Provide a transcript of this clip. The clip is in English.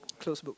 closed book